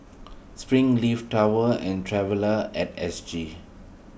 Springleaf Tower and Traveller at S G